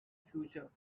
future